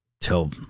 till